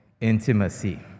intimacy